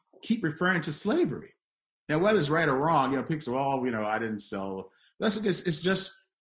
keep referring to slavery now whether it's right or wrong you know people all you know i didn't sell that's because it's just